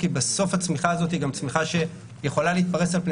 כי בסוף הצמיחה היא גם צמיחה שיכולה להתפרס על פני